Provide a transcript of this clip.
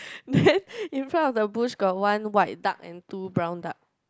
then in front of the bush got one white duck and two brown duck